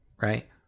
right